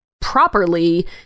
properly